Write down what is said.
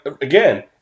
again